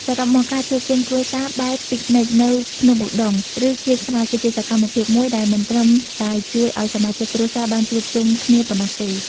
សរុបមក ការជួបជុំគ្រួសារបែបពិកនិចនៅភ្នំឧដុង្គ ឬកៀនស្វាយ គឺជាសកម្មភាពមួយដែលមិនត្រឹមតែជួយឲ្យសមាជិកគ្រួសារបានជួបជុំគ្នាប៉ុណ្ណោះទេ។